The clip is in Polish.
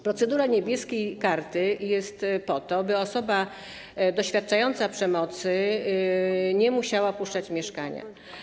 Procedura „Niebieskie karty” jest po to, by osoba doświadczająca przemocy nie musiała opuszczać mieszkania.